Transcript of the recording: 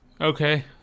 Okay